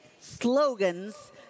slogans